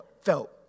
felt